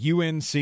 UNC